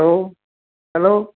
hello hello